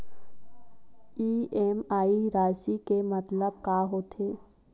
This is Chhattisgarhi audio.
इ.एम.आई राशि के मतलब का होथे?